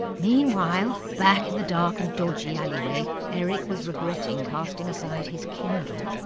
meanwhile, back in the dark and dodgy alleyway, eric was regretting casting aside his kindle.